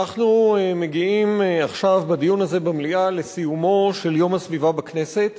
אנחנו מגיעים עכשיו בדיון הזה במליאה לסיומו של יום הסביבה בכנסת,